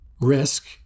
risk